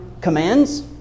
commands